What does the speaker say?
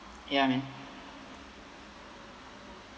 ya man